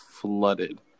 flooded